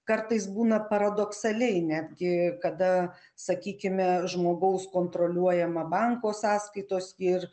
kartais būna paradoksaliai netgi kada sakykime žmogaus kontroliuojama banko sąskaitos ir